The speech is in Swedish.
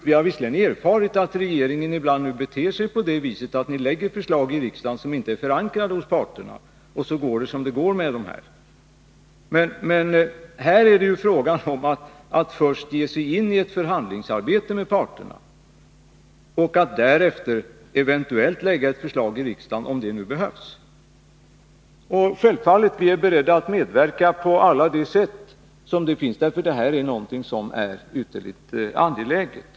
Vi har visserligen erfarit att regeringen ibland beter sig på det viset att man lägger fram förslag i riksdagen som inte är förankrade hos parterna. Och då går det som det går. Men här är det ju fråga om att först ge sig in i ett förhandlingsarbete med parterna och att därefter eventuellt lägga fram ett förslag i riksdagen, om det nu behövs. Självfallet är vi beredda att medverka på alla möjliga sätt, därför att det här är någonting som är ytterligt angeläget.